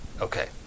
Okay